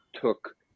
took